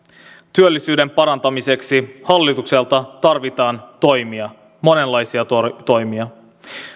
työllisyyden parantamiseksi hallitukselta tarvitaan toimia monenlaisia toimia